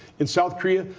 and south korea,